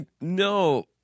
no